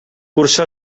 cursa